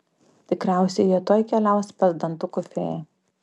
tikriausiai jie tuoj keliaus pas dantukų fėją